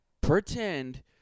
pretend